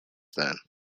then